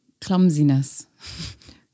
clumsiness